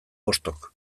bostok